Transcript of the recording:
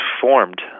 formed